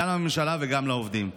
גם לממשלה וגם לעובדים.